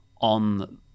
on